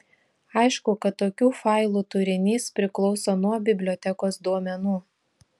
aišku kad tokių failų turinys priklauso nuo bibliotekos duomenų